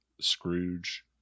Scrooge